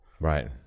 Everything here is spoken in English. Right